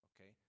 Okay